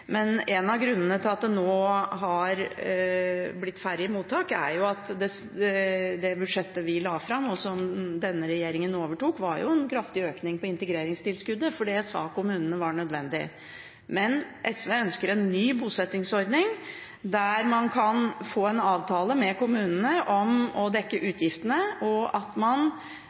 Men en av grunnene til at det nå har blitt færre i mottak, er at det i det budsjettet vi la fram, og som denne regjeringen overtok, var en kraftig økning i integreringstilskuddet, for det sa kommunene var nødvendig. SV ønsker en ny bosettingsordning der man kan få en avtale med kommunene om å dekke utgiftene, og at man